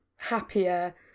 happier